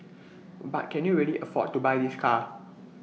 but can you really afford to buy this car